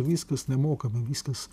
viskas nemokama viskas